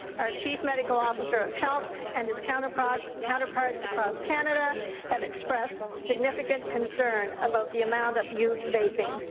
our chief medical officer of health and his counterparts counterparts across canada have expressed significant concern about the amount of youth vaping.